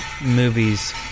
movies